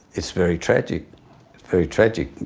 it's very tragic, it's very tragic.